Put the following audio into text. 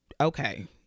okay